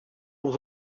was